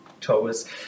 toes